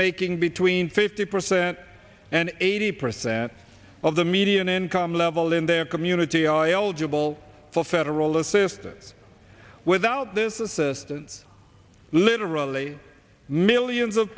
making between fifty percent and eighty percent of the median income level in their community are eligible for federal assistance without this assistance literally millions of